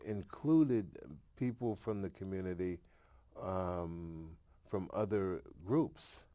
included people from the community from other groups